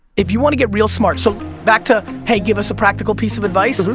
if you wanna get real smart, so back to hey give us a practical piece of advice,